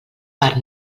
per